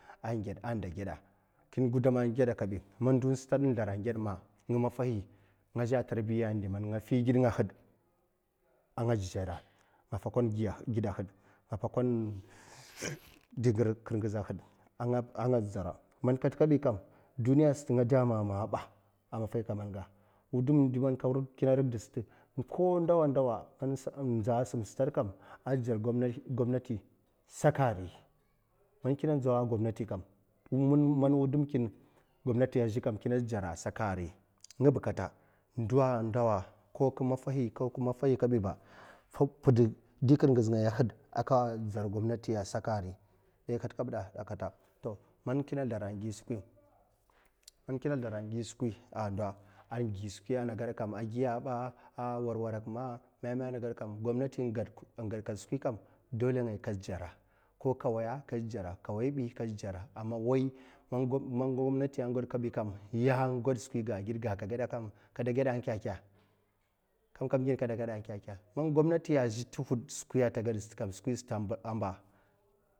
Kin gudam an geda kebi man stad in sldara a' gedma, man ndo stad in sldara a' gedma nga maffahi nga zhe a' tarbiya man nga figid ngabad a'nga didzara nga fakan gida a had nga yakan kirngaza had a' nga didzara man katkabi kam duniya sat nga de a' mama ba maffahi karmamga wudum mankina vidkid sat ko ndowa ndowa indza a' sam stad kam a' d'dzar gwamnati sakai a, bi man kina ndzawa a' gwamnati kam kina d'dzara a' saka'a, a, ri ngab kata ndo a, ndowa ko kuma maffahi ba pid di karngiz ngaya had a' ka dzaw gwamnati a'ri a sak de kat kabda arai kata makina sldara an gi skwi a' ndo a' gi skwi a' nagad kam a' warwarakma a' na gda me a' na gedkam kat skwikam dole ngaya ka d'dzara gwamnati inged kan skwi kam dole ngaya ka d'dzara koka waya ka d'dzara kawaibi ka d'dzara aman wai man gwamnati a' gwad ka bi kam ya gwad skwiga a' gidga a' ka gwadkam ka gwade a' keka man gwamnati a' zhe tohot skwi a' tegedkam a'ba.